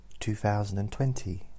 2020